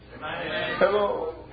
Hello